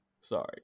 Sorry